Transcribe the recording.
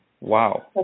Wow